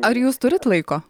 ar jūs turit laiko